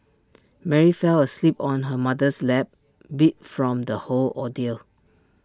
Mary fell asleep on her mother's lap beat from the whole ordeal